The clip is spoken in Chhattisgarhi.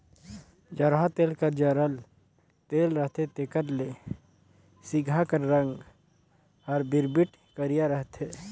जरहा तेल हर जरल तेल रहथे तेकर ले सिगहा कर रग हर बिरबिट करिया रहथे